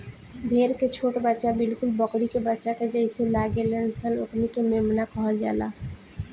भेड़ के छोट बच्चा बिलकुल बकरी के बच्चा के जइसे लागेल सन ओकनी के मेमना कहल जाला